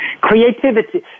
Creativity